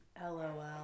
LOL